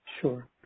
Sure